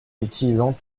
utilisant